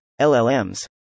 LLMs